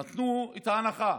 נתנו את ההנחה,